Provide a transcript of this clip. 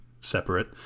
separate